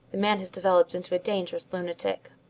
the man has developed into a dangerous lunatic.